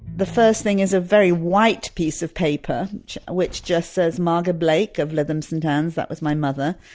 the first thing is a very white piece of paper which which just says marga blake of lytham st annes! plus that was my mother!